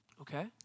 Okay